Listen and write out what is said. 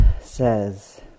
says